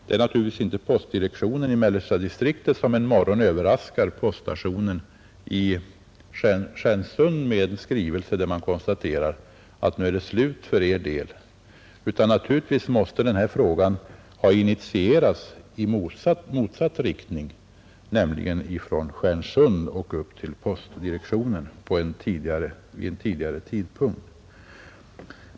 Det är inte postdirektionen i mellersta distriktet som en morgon överraskar poststationen i Stjärnsund med en skrivelse, utan denna fråga måste ha initierats i motsatt riktning, dvs. från Stjärnsund och upp till postdirektionen, vid en tidigare tidpunkt.